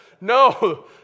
No